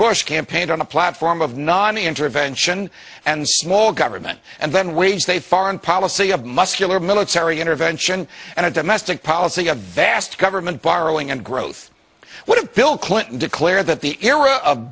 bush campaigned on a platform of nonintervention and small government and then waged a foreign policy of muscular military intervention and a domestic policy a vast government borrowing and growth what if bill clinton declare that the era of